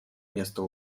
место